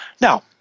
Now